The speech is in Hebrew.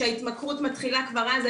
שההתמכרות מתחילה כבר אז.